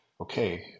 okay